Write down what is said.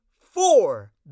four